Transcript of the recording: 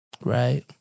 Right